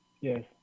Yes